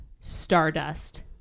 Stardust